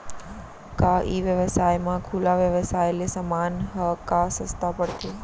का ई व्यवसाय म खुला व्यवसाय ले समान ह का सस्ता पढ़थे?